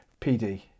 PD